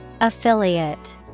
Affiliate